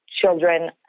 children